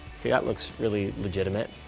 see, that looks really legitimate.